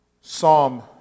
Psalm